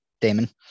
Damon